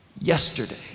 yesterday